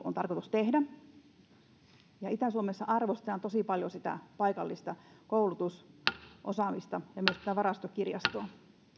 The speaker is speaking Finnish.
on tarkoitus tehdä itä suomessa arvostetaan tosi paljon sitä paikallista koulutusosaamista ja myös sitä varastokirjastoa